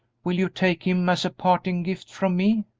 will you take him as a parting gift from me?